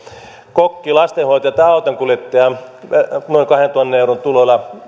kokki lastenhoitaja tai autonkuljettaja noin kahden tonnin tuloilla